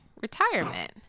retirement